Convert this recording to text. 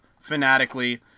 fanatically